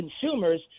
consumers